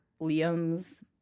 Liam's